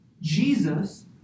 Jesus